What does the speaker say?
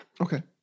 Okay